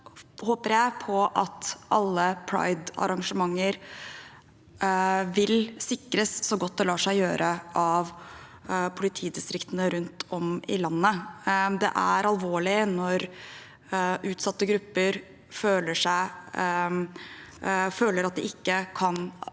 jeg – om at alle pridearrangementer vil sikres så godt det lar seg gjøre av politidistriktene rundt om i landet. Det er alvorlig når utsatte grupper føler at de ikke kan